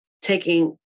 Taking